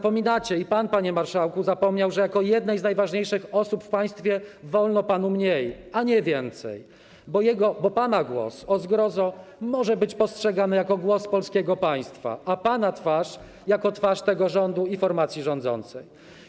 Pan, panie marszałku, zapomniał, że jako jednej z najważniejszych osób w państwie wolno panu mniej, a nie więcej, bo pana głos, o zgrozo, może być postrzegany jako głos polskiego państwa, a pana twarz jako twarz tego rządu formacji rządzącej.